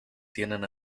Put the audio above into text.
tienen